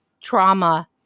trauma